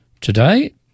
Today